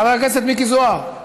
חבר הכנסת מיקי זוהר.